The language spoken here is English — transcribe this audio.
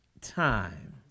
time